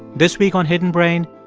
this week on hidden brain,